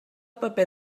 paper